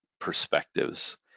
perspectives